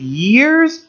years